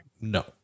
No